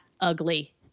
ugly